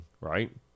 right